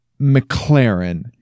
McLaren